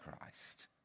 Christ